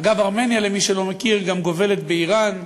אגב, ארמניה, למי שלא מכיר, גם גובלת באיראן.